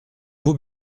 vous